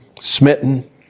smitten